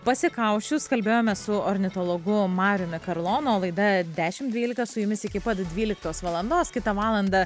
pasikausčius kalbėjome su ornitologu mariumi karlonu laida dešim dvylika su jumis iki pat dvyliktos valandos kitą valandą